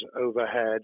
overhead